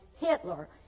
Hitler